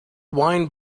wine